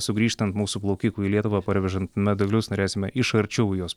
sugrįžtant mūsų plaukikų į lietuvą parvežant medalius norėsime iš arčiau į juos